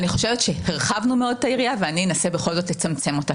אני חושבת שהרחבנו מאוד את היריעה ואני אנסה בכל זאת לצמצם אותה.